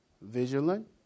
vigilant